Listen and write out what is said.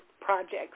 projects